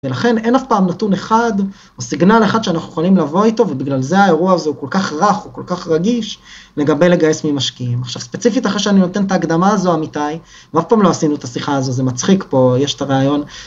ולכן אין אף פעם נתון אחד או סיגנל אחד שאנחנו יכולים לבוא איתו ובגלל זה האירוע הזה הוא כל כך רך, הוא כל כך רגיש לגבי לגייס ממשקיעים. עכשיו ספציפית אחרי שאני נותן את ההקדמה הזו אמיתי, ואף פעם לא עשינו את השיחה הזו, זה מצחיק פה, יש את הריאיון.